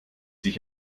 sich